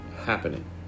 happening